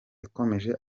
yakomeje